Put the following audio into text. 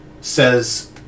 says